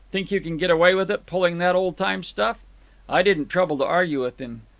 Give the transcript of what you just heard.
think you can get away with it, pulling that old-time stuff i didn't trouble to argue with him.